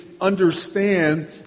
understand